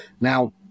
Now